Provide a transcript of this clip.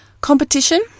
Competition